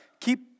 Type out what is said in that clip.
Keep